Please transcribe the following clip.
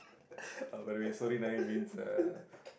oh by the way means uh